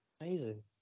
Amazing